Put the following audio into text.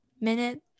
minute